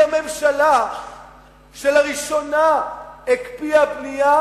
היא הממשלה שלראשונה הקפיאה בנייה,